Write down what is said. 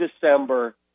december